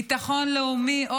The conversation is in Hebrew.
ביטחון לאומי,